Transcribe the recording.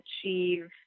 achieve